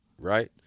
right